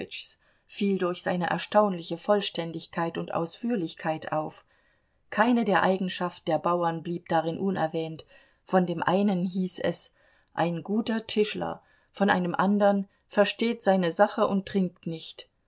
fiel durch seine erstaunliche vollständigkeit und ausführlichkeit auf keine der eigenschaft der bauern blieb darin unerwähnt von dem einen hieß es ein guter tischler von einem andern versteht seine sache und trinkt nicht